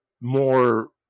more